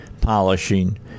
polishing